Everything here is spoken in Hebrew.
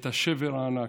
את השבר הענק.